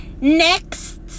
Next